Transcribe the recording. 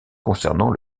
concernant